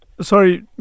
Sorry